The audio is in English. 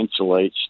insulates